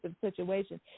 situation